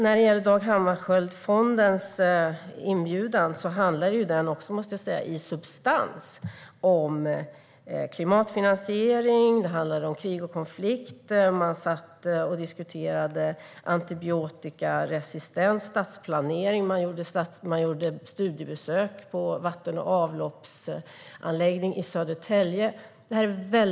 När det gäller Dag Hammarskjöldfondens inbjudan handlade den i substans om klimatfinansiering och krig och konflikter. Man diskuterade antibiotikaresistens och stadsplanering. Man gjorde studiebesök på en vatten och avloppsanläggning i Södertälje.